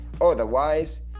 Otherwise